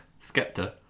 Skepta